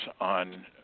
on